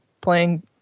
playing